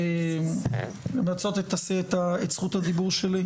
אפשר למצות את זכות הדיבור שלי?